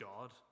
God